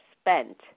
spent